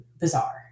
bizarre